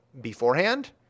beforehand